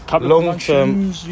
Long-term